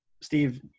Steve